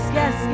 yes